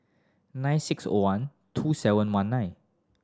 nine six O one two seven one nine